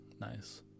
Nice